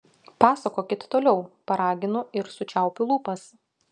pasakokit toliau paraginu ir sučiaupiu lūpas